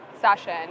session